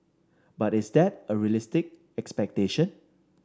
but is that a realistic expectation